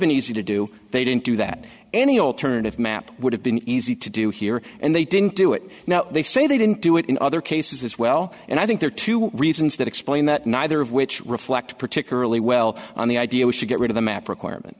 been easy to do they didn't do that any alternative map would have been easy to do here and they didn't do it now they say they didn't do it in other cases as well and i think there are two reasons that explain that neither of which reflect particularly well on the idea was to get rid of the map requirement